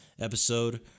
episode